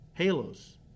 halos